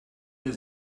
der